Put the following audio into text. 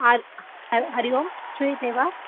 R हरिः ओम् श्रूयते वा